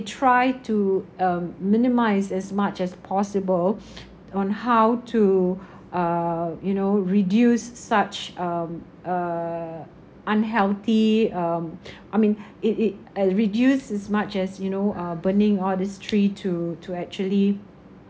try to um minimise as much as possible on how to uh you know reduce such um uh unhealthy um I mean it it uh reduce as much as you know uh burning all this tree to to actually